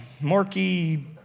murky